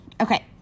Okay